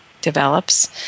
develops